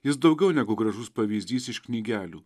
jis daugiau negu gražus pavyzdys iš knygelių